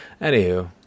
Anywho